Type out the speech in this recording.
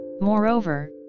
Moreover